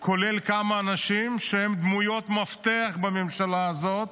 כולל כמה אנשים שהם דמויות מפתח בממשלה הזאת,